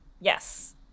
Yes